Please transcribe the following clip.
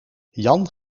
jan